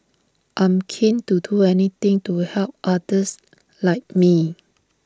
I'm keen to do anything to help others like me